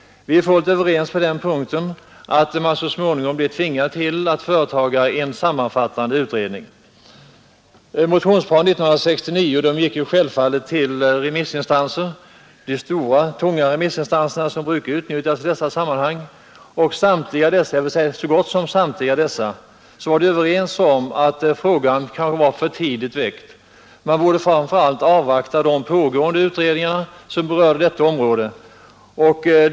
Vi är fullt överens om att man så småningom blir tvingad att företa en sammanfattande utredning. Motionerna år 1969 remissbehandlades självfallet; de skickades till de stora, tunga instanser som brukar utnyttjas i dessa sammanhang. Så gott som samtliga remissinstanser var överens om att frågan var för tidigt väckt. Man borde framför allt avvakta de pågående utredningar som berörde detta område.